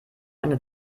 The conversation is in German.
eine